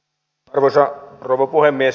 arvoisa rouva puhemies